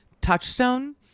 touchstone